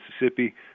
Mississippi